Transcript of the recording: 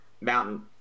Mountain